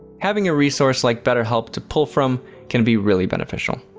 having a resource like betterhelp to pull from can be really beneficial.